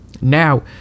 Now